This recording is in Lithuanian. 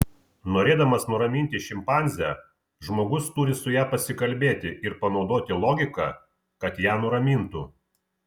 norėdamas nuraminti šimpanzę žmogus turi su ja pasikalbėti ir panaudoti logiką kad ją nuramintų